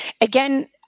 again